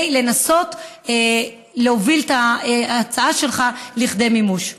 לנסות להוביל את ההצעה שלך לכדי מימוש.